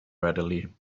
readily